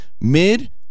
mid